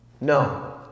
No